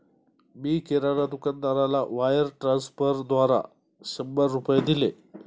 मी किराणा दुकानदाराला वायर ट्रान्स्फरद्वारा शंभर रुपये दिले